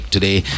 Today